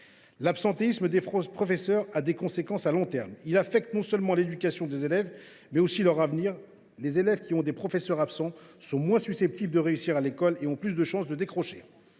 L’absentéisme des professeurs a des conséquences à long terme. Il affecte non seulement l’éducation, mais aussi l’avenir des élèves. Les enfants qui ont des professeurs absents sont moins susceptibles de réussir à l’école et ont plus de chances de décrocher.